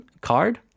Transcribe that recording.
card